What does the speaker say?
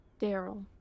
Daryl